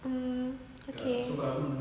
um okay